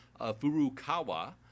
furukawa